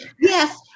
Yes